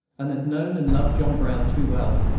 and had known and loved john brown too well,